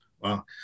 Wow